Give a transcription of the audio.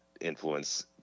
influence